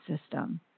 system